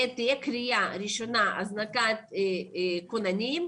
שתהיה קריאה ראשונה של הזנקת כוננים,